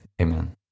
Amen